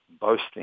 boasting